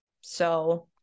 So-